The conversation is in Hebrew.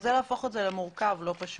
זה הופך את זה למורכב ולא פשוט.